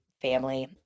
family